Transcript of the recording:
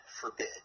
forbid